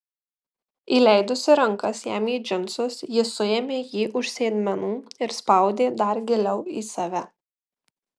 įleidusi rankas jam į džinsus ji suėmė jį už sėdmenų ir spaudė dar giliau į save